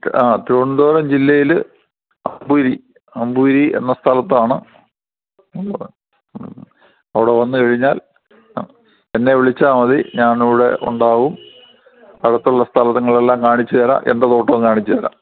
ആ തിരുവനന്തപുരം ജില്ലയിൽ അമ്പൂരി അമ്പൂരി എന്ന സ്ഥലത്താണ് ഉള്ളത് ഉം അവിടെ വന്ന് കഴിഞ്ഞാൽ ആ എന്നെ വിളിച്ചാൽ മതി ഞാൻ ഇവിടെ ഉണ്ടാവും അടുത്തുള്ള സ്ഥലങ്ങളെല്ലാം കാണിച്ച് തരാം എന്റെ തോട്ടവും കാണിച്ച് തരാം